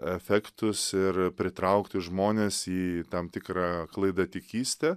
efektus ir pritraukti žmones į tam tikrą klaidatikystę